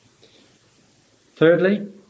Thirdly